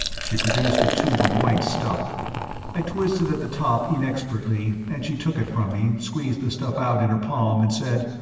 she produced a tube of white stuff i twisted at the top inexpertly, and she took it from me, squeezed the stuff out in her palm and said,